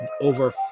over